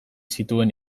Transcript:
zituen